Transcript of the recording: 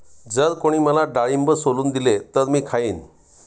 जर कोणी मला डाळिंब सोलून दिले तर मी खाईन